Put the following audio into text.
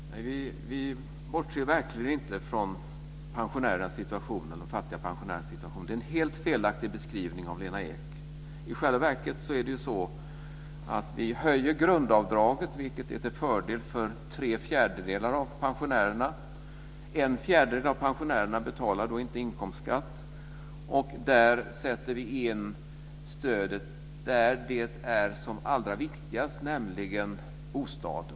Fru talman! Vi bortser verkligen inte från de fattiga pensionärernas situation. Det är en helt felaktig beskrivning som Lena Ek gör. I själva verket höjer vi grundavdraget, vilket är till fördel för tre fjärdedelar av pensionärerna. En fjärdedel av pensionärerna betalar inte inkomstskatt. Där sätter vi in stödet där det är som allra viktigast, nämligen till boendekostnaderna.